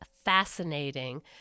fascinating